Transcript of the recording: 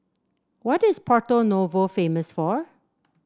what is Porto Novo famous for